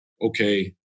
Okay